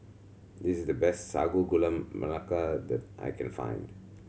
this is the best Sago Gula Melaka that I can find